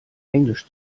englisch